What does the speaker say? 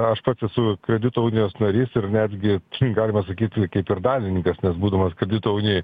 aš pats esu kredito unijos narys ir netgi galima sakyti kaip ir dalininkas nes būdamas kredito unijoj